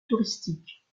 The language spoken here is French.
touristique